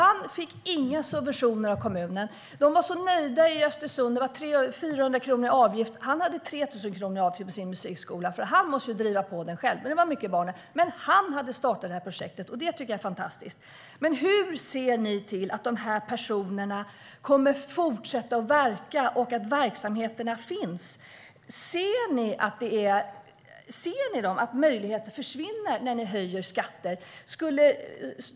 Han fick inga subventioner av kommunen. De var så nöjda i Östersund, för det var 400 kronor i avgift. Han hade 3 000 i avgift för sin musikskola, för han måste driva den själv. Det var dock mycket barn där. Han hade startat det här projektet själv, och det tycker jag är fantastiskt. Men hur ser ni till att de här personerna fortsätter att verka och att verksamheterna finns? Ser ni att möjligheter försvinner när ni höjer skatter?